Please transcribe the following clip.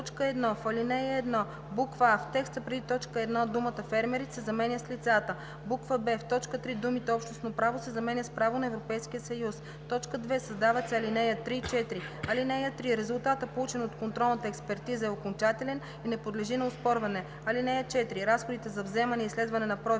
3 и 4: „(3) Резултатът, получен от контролната експертиза, е окончателен и не подлежи на оспорване. (4) Разходите за вземане и изследване на пробите